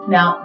Now